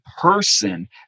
person